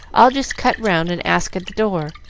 i'll just cut round and ask at the door.